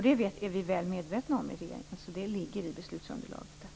Det är vi väl medvetna om i regeringen, och även detta ligger i beslutsunderlaget.